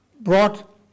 brought